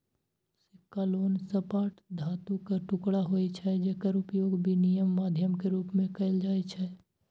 सिक्का गोल, सपाट धातुक टुकड़ा होइ छै, जेकर उपयोग विनिमय माध्यम के रूप मे कैल जाइ छै